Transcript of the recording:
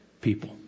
people